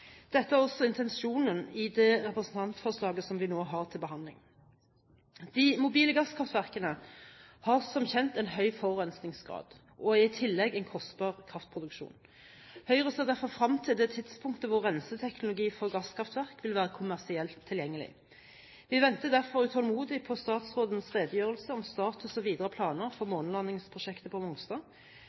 Dette er også intensjonen i det representantforslaget som vi nå har til behandling. De mobile gasskraftverkene har som kjent en høy forurensingsgrad og er i tillegg en kostbar kraftproduksjon. Høyre ser derfor frem til det tidspunktet da renseteknologi for gasskraftverk vil være kommersielt tilgjengelig. Vi venter derfor utålmodig på statsrådens redegjørelse om status og videre planer for månelandingsprosjektet på Mongstad,